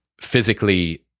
physically